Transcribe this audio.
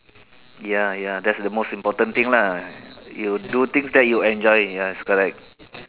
ya ya that's the most important thing lah you do things that you enjoy ya is correct